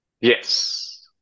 Yes